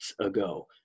ago